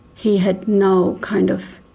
he had no kind of